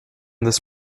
this